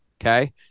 Okay